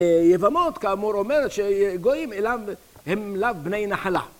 יבמות כאמור אומרת שגויים הם לאו בני נחלה